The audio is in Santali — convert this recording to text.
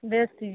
ᱵᱮᱥ ᱴᱷᱤᱠ